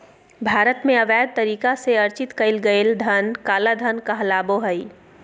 भारत में, अवैध तरीका से अर्जित कइल गेलय धन काला धन कहलाबो हइ